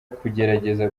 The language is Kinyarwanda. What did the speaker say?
kugerageza